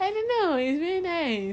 I don't know it's very nice